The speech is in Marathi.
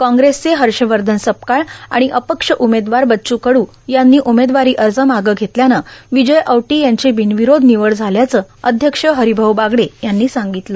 काँग्रेसचे हषवधन सपकाळ र्आण अपक्ष उमेदवार बच्चू कडू यांनी उमेदवारी अज मागं घेतल्यानं र्विजय और्टो यांची र्बिर्नावरोध र्निवड झाल्याचं अध्यक्ष हरोभाऊ बागडे यांनी सांगतलं